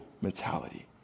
mentality